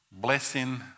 blessing